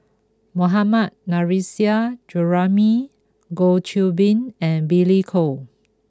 Mohammad Nurrasyid Juraimi Goh Qiu Bin and Billy Koh